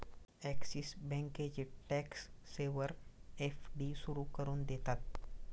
axis बँकेचे tax saver FD सुरू करून देतात